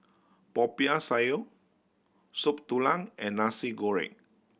Popiah Sayur Soup Tulang and Nasi Goreng